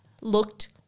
looked